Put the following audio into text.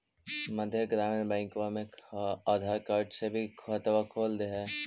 मध्य ग्रामीण बैंकवा मे आधार कार्ड से भी खतवा खोल दे है?